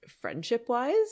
friendship-wise